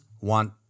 want